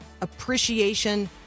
appreciation